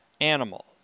animal